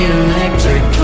electric